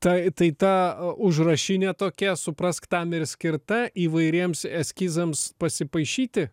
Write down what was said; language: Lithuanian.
tai tai ta užrašinė tokia suprask tam ir skirta įvairiems eskizams pasipaišyti